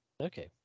Okay